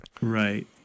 Right